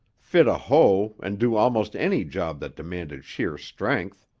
fit a hoe and do almost any job that demanded sheer strength.